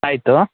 ಆಯಿತು